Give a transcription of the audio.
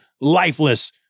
lifeless